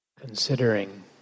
considering